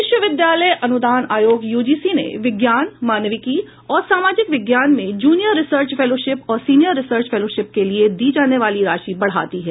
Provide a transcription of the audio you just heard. विश्वविद्यालय अनुदान आयोग यूजीसी ने विज्ञान मानविकी और सामाजिक विज्ञान में जूनियर रिसर्च फेलोशिप और सीनियर रिसर्च फेलोशिप के लिये दी जाने वाली राशि बढ़ा दी है